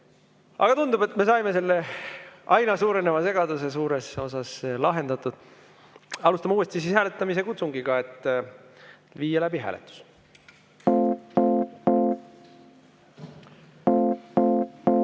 Aga tundub, et me saime selle aina suureneva segaduse suures osas lahendatud. Alustame uuesti hääletamise kutsungit, et viia läbi hääletus. Head